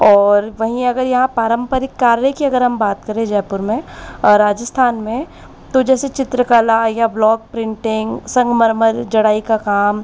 और वहीं अगर यहाँ पारंपरिक कार्य की अगर हम बात करें जयपुर में राजस्थान में तो जैसे चित्रकला या ब्लॉक प्रिंटिंग संगमरमर जड़ाई का काम